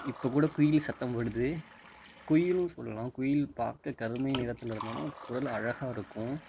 இப்போ கூட குயில் சத்தம்போடுது குயிலும் சொல்லுலாம் குயில் பார்க்க கருமை நிறத்தில் இருந்தாலும் அது குரல் அழகாக இருக்கும்